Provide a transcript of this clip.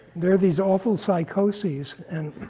there are these awful psychoses, and